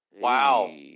Wow